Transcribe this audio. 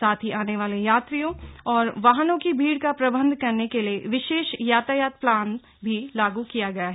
साथ ही आने वाले यात्रियों और वाहनों की भीड़ का प्रबंधन करने के लिए विशेष यातायात प्लान भी लागू किया गया है